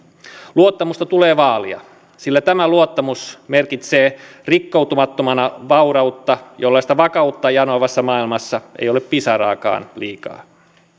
luottamusta tulee vaalia sillä tämä luottamus merkitsee rikkoutumattomana vaurautta jollaista vakautta janoavassa maailmassa ei ole pisaraakaan liikaa